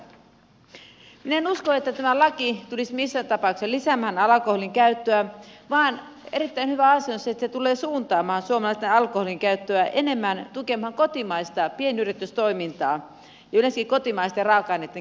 minä en usko että tämä laki tulisi missään tapauksessa lisäämään alkoholinkäyttöä vaan erittäin hyvä asia on se että se tulee suuntaamaan suomalaisten alkoholinkäyttöä enemmän tukemaan kotimaista pienyritystoimintaa ja yleensäkin kotimaisten raaka aineiden käyttämistä